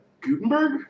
Gutenberg